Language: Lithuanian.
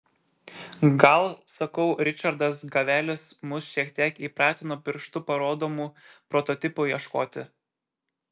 gal sakau ričardas gavelis mus šiek tiek įpratino pirštu parodomų prototipų ieškoti